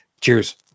cheers